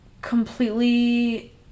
completely